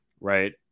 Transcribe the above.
right